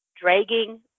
dragging